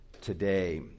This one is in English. today